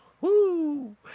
Woo